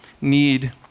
need